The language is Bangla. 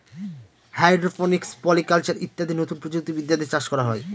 হাইড্রোপনিক্স, পলি কালচার ইত্যাদি নতুন প্রযুক্তি বিদ্যা দিয়ে চাষ করা হয়